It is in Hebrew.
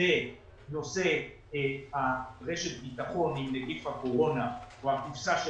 בנושא רשת הביטחון עם נגיף הקורונה והקופסה של